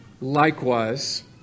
likewise